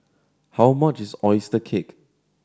how much is oyster cake